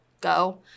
go